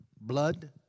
blood